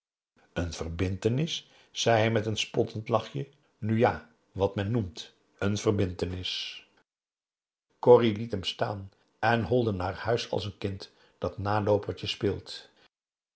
n verbintenis zei hij met een spottend lachje nu ja wat men noemt n verbintenis corrie liet hem staan en holde naar huis als een kind dat naloopertje speelt